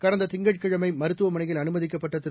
கடந்த திங்கட்கிழமை மருத்துவமனையில் அனுமதிக்கப்பட்ட திரு